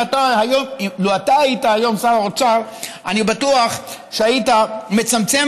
ולו אתה היית היום שר האוצר אני בטוח שהיית מצמצם